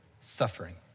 Suffering